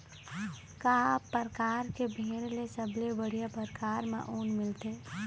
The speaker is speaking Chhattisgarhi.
का परकार के भेड़ ले सबले बढ़िया परकार म ऊन मिलथे?